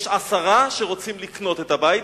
יש עשרה שרוצים לקנות את הבית,